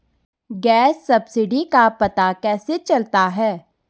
Gas subsidy का पता कैसे चलता है?